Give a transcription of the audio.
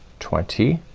twenty,